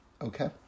okay